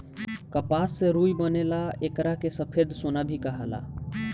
कपास से रुई बनेला एकरा के सफ़ेद सोना भी कहाला